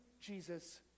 Jesus